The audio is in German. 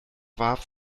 warf